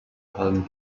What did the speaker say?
palm